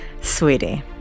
Sweetie